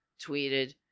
tweeted